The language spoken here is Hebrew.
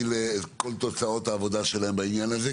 לכל תוצאות העבודה שלהם בעניין הזה,